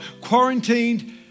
quarantined